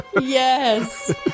yes